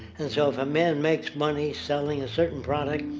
and so if a man makes money selling a certain product,